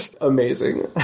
Amazing